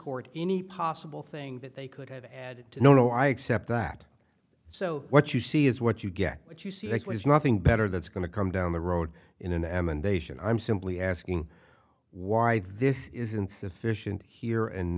court any possible thing that they could have added to no no i accept that so what you see is what you get what you see there was nothing better that's going to come down the road in an emendation i'm simply asking why this is insufficient here and